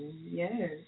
yes